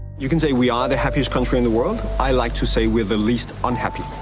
you can say we are the happiest country in the world. i like to say we're the least unhappy.